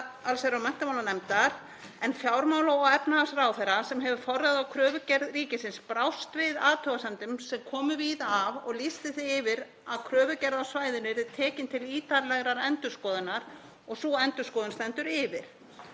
hluta allsherjar- og menntamálanefndar en fjármála- og efnahagsráðherra, sem hefur forræði á kröfugerð ríkisins, brást við athugasemdum sem komu víða að og lýsti því yfir að kröfugerð á svæðinu yrði tekin til ítarlegrar endurskoðunar. Sú endurskoðun stendur yfir.